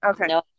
Okay